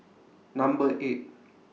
Number eight